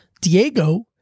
Diego